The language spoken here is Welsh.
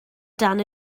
dan